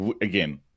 again